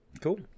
Cool